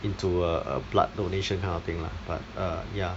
into a a blood donation kind of thing lah but err ya